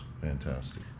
Fantastic